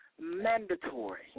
mandatory